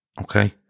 okay